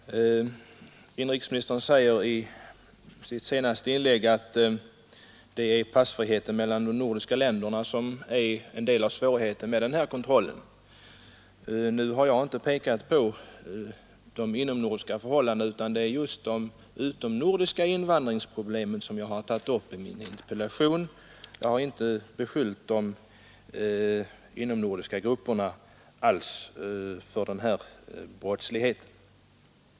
Herr talman! Inrikesministern säger i sitt senaste inlägg att passfriheten mellan de nordiska länderna är en del av svårigheten med den här kontrollen. Nu har jag inte pekat på de inomnordiska förhållandena, utan det är just de utomnordiska invandringsproblemen som jag har tagit upp i min interpellation. Jag har inte alls beskyllt de inomnordiska grupperna för den här aktuella brottsligheten.